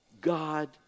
God